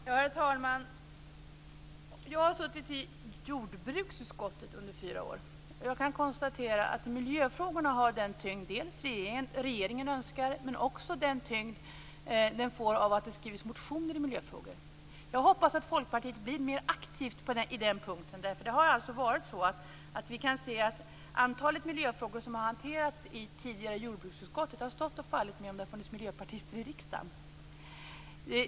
Herr talman! Jag har suttit i jordbruksutskottet under fyra år. Jag kan konstatera att miljöfrågorna har den tyngd som regeringen önskar men också får tyngd av att det skrivs motioner i miljöfrågor. Jag hoppas att Folkpartiet blir mer aktivt på den punkten. Vi kan se att antalet miljöfrågor som har hanterats i det tidigare jordbruksutskottet har stått och fallit med om det har funnits miljöpartister i riksdagen.